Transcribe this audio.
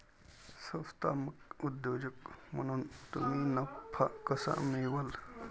संस्थात्मक उद्योजक म्हणून तुम्ही नफा कसा मिळवाल?